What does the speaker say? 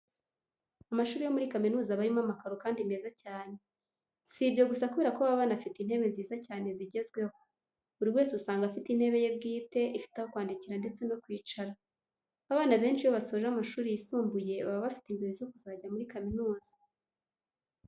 Amashuri yo muri kaminuza aba arimo amakaro kandi meza cyane. Si ibyo gusa kubera ko baba aba anafite intebe nziza cyane zigezweho. Buri wese usanga afite intebe ye bwite ifite aho kwandikira ndetse no kwicara. Abana benshi iyo basoje amashuri yisumbuye baba bafite inzozi zo kujya muri kaminuza.